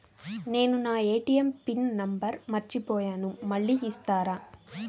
నేను నా ATM PIN number మర్చిపోయాను మళ్ళీ ఇస్తారా?